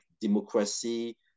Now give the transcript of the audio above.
democracy